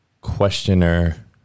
questioner